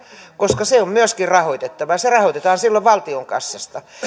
koska se on myöskin rahoitettava se rahoitetaan silloin valtion kassasta